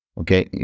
okay